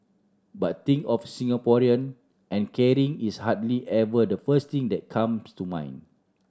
but think of Singaporean and caring is hardly ever the first thing that comes to mind